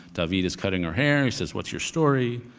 daveed is cutting her hair. he says, what's your story?